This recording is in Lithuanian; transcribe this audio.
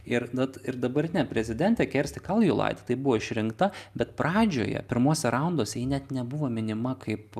ir vat ir dabartinė prezidentė kersti kalujait tai buvo išrinkta bet pradžioje pirmuose raunduose net nebuvo minima kaip